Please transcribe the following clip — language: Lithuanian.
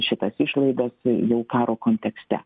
šitas išlaidas jau karo kontekste